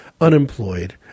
unemployed